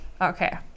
Okay